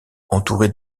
entourée